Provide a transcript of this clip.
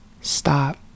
stop